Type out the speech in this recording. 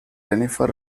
jennifer